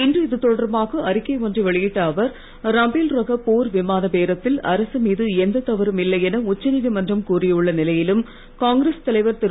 இன்று இது தொடர்பாக அறிக்கை ஒன்றை வெளியிட்ட அவர் ரபேல் ரக போர் விமான பேரத்தில் அரசு மீது எந்தத் தவறும் இல்லை என உச்ச நீதிமன்றம் கூறியுள்ள நிலையிலும் காங்கிரஸ் தலைவர் திரு